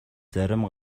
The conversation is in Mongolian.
зарим